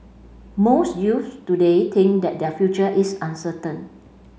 most youths today think that their future is uncertain